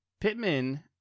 Pittman